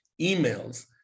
emails